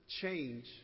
change